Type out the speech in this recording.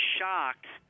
shocked